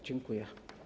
Dziękuję.